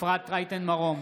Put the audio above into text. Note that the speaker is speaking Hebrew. אפרת רייטן מרום,